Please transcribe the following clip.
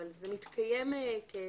אבל זה מתקיים כתפיסה.